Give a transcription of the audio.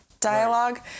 dialogue